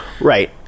Right